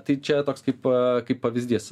tai čia toks kaip kaip pavyzdys